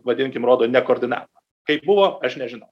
vadinkim rodo nekoordinavimą kaip buvo aš nežinau